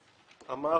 הוא אמר